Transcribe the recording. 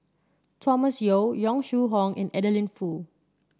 Thomas Yeo Yong Shu Hoong and Adeline Foo